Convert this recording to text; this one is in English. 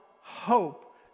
hope